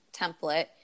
template